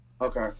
Okay